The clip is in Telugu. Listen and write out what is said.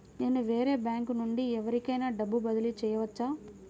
నేను వేరే బ్యాంకు నుండి ఎవరికైనా డబ్బు బదిలీ చేయవచ్చా?